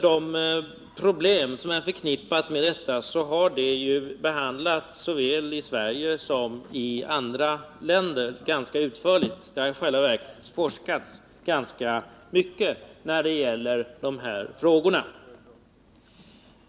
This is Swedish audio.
De problem som är förknippade med detta har ju ganska utförligt behandlats såväl i Sverige som i andra länder. I själva verket har det forskats ganska mycket när det gäller de här frågorna.